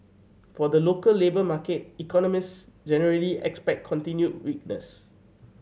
for the local labour market economist generally expect continued weakness